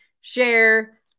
share